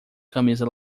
camisa